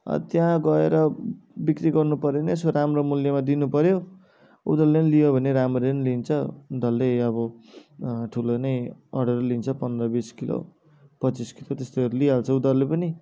त्यहाँ गएर बिक्री गर्नु पर्यो भने यसो राम्रो मूल्यमा दिनु पर्यो उनीहरूले पनि लियो भने राम्ररी नै लिन्छ डल्लै अब ठुलो नै अर्डर लिन्छ पन्ध्र बिस किलो पच्चिस किलो त्यस्तो गरेर लिइहाल्छ उनीहरूले पनि